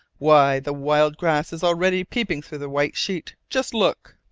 why, the wild grass is already peeping through the white sheet! just look!